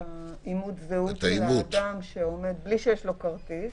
אימות הזהות של האדם בלי שיש לו כרטיס